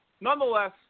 Nonetheless